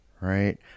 right